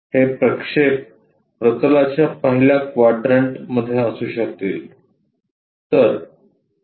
हे प्रक्षेप प्रतलाच्या पहिल्या क्वाड्रंट मध्ये असू शकतील